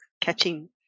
catching